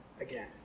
again